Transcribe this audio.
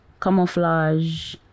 camouflage